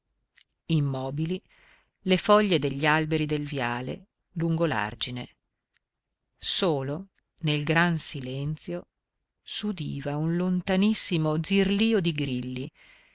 immobili le foglie degli alberi del viale lungo l'argine solo nel gran silenzio s'udiva un lontanissimo zirlio di grilli